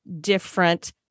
different